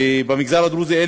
ובמגזר הדרוזי אין